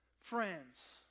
friends